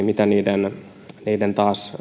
mitä sitten taas niiden